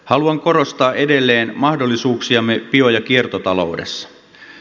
haluan korostaa edelleen mahdollisuuksiamme bio ja kiertotaloudessa